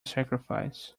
sacrifice